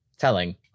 telling